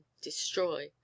destroy